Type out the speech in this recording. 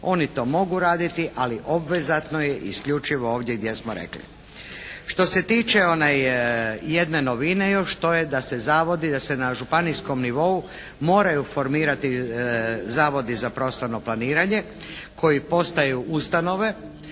Oni to mogu raditi ali obvezatno je isključivo ovdje gdje smo rekli. Što se tiče jedne novine još to je da se zavodi, da se na županijskom nivou moraju formirati zavodi za prostorno planiranje koji postaju ustanove